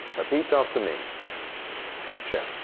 repeat after me picture,